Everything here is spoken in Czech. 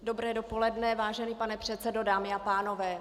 Dobré dopoledne, vážený pane předsedo, dámy a pánové.